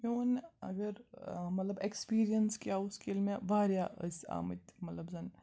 مےٚ ووٚن نہٕ اگر مطلب اٮ۪کٕسپیٖریَنٕس کیٛاہ اوس ییٚلہِ مےٚ وارِیاہ ٲسۍ آمٕتۍ مطلب زَن